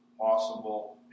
possible